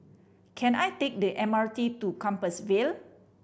can I take the M R T to Compassvale